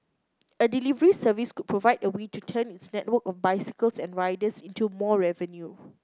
a delivery service could provide a way to turn its network of bicycles and riders into more revenue